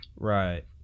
Right